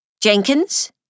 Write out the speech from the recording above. Jenkins